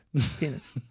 Penis